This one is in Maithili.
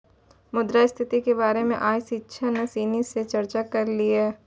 मुद्रा स्थिति के बारे मे आइ शिक्षक सिनी से चर्चा करलिए